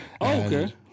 Okay